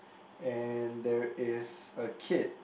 and there is a kid